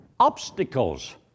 obstacles